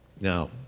Now